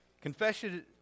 Confession